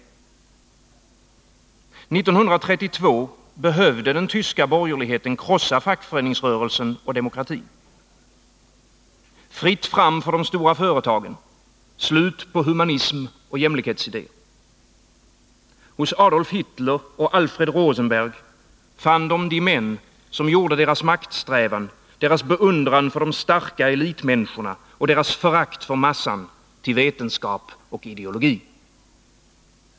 1932 behövde den tyska borgerligheten krossa fackföreningsrörelsen och demokratin. Fritt fram för de stora företagen, slut på humanism och jämlikhetsidéer. I Adolf Hitler och Alfred Rosenberg fann den de män som gjorde dess maktsträvan, dess beundran för de starka elitmänniskorna, dess förakt för massan till vetenskap och ideologi.